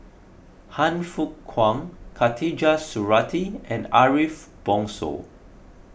Han Fook Kwang Khatijah Surattee and Ariff Bongso